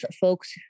folks